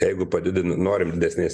jeigu padidini norim didesnės